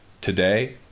today